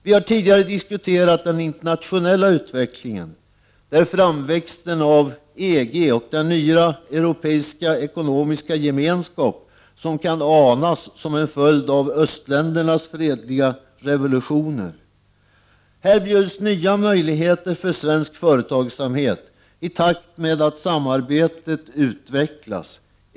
Vi har tidigare diskuterat den internationella utvecklingen, där framväx 49 ten av EG och den nya europeiska ekonomiska gemenskapen kan anas som en följd av östländernas fredliga revolutioner. Här bjuds nya möjligheter för svensk företagsamhet i takt med att samarbetet utvecklas.